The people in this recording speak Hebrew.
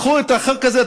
קחו את החוק הזה,